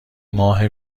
ماه